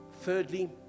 Thirdly